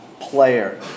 player